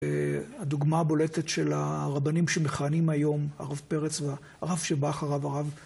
הדוגמה הבולטת של הרבנים שמכהנים היום, הרב פרץ והרב שבא אחריו, הרב...